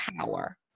power